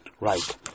Right